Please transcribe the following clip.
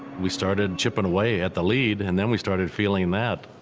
we started chipping away at the lead, and then we started feeling that.